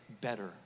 better